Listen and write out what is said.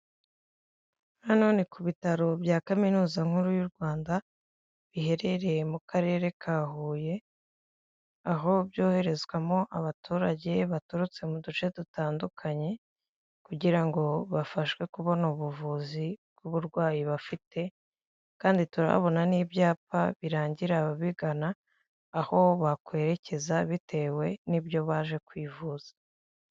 Itente ryubatse nu mugi wa Kigali, riri gukorerwamo inama ijyanye n'ibikorwa bya leta, itete ryubakishijwe irangi ry'umweru, amabara y'ubururu, umuhondo ndetse n'icyatsi, hicayemo abadamu, umugabo uhagaze ufite mikoro, uhagaze imbere y'imeza.